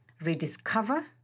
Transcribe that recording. rediscover